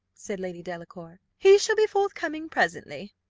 said lady delacour he shall be forthcoming presently.